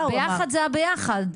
ביחד זה היחד.